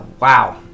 wow